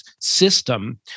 system